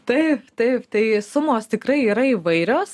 tai taip tai sumos tikrai yra įvairios